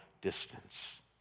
distance